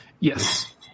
Yes